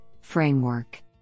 framework